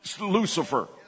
Lucifer